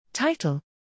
Title